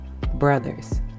brothers